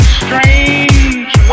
strange